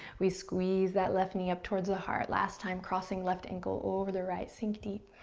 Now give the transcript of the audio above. we squeeze that left knee up towards the heart, last time, crossing left ankle over the right. sink deep,